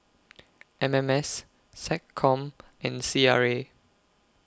M M S Seccom and C R A